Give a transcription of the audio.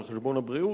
על חשבון הבריאות,